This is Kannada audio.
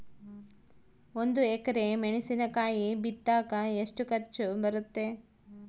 ಒಂದು ಎಕರೆ ಮೆಣಸಿನಕಾಯಿ ಬಿತ್ತಾಕ ಎಷ್ಟು ಖರ್ಚು ಬರುತ್ತೆ?